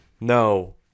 No